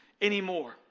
anymore